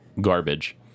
garbage